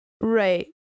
Right